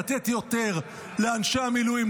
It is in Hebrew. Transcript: לתת יותר לאנשי המילואים,